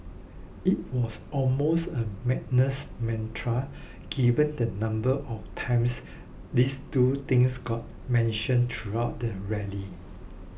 it was almost a madness mantra given the number of times these two things got mentioned throughout the rally